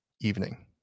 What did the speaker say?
evening